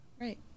Right